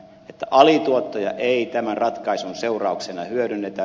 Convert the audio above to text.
alituottoja ei tämän ratkaisun seurauksena hyödynnetä